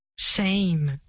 shame